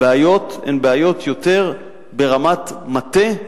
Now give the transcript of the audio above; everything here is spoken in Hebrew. הבעיות הן יותר בעיות ברמת מטה,